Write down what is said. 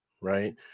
right